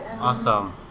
awesome